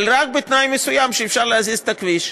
אבל רק בתנאי מסוים, שאפשר להזיז את הכביש.